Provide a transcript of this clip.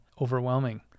overwhelming